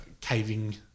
caving